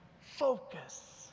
focus